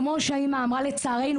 כמו שהאמא אמרה לצערנו,